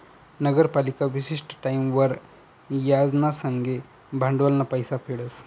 नगरपालिका विशिष्ट टाईमवर याज ना संगे भांडवलनं पैसा फेडस